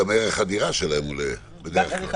גם ערך הדירה שלהם עולה בדרך כלל.